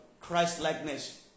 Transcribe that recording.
Christ-likeness